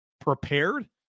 prepared